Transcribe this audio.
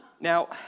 Now